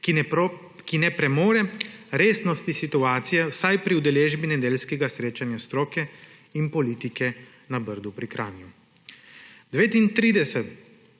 ki ne premore resnosti situacije, vsaj pri udeležbi nedeljskega srečanja stroke in politike na Brdu pri Kranju.